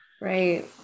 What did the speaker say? Right